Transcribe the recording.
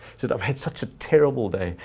said i've had such a terrible day.